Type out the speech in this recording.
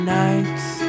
nights